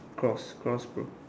cross cross bro